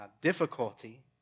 difficulty